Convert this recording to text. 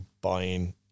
buying